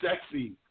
sexy